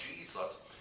Jesus